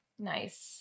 nice